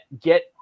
get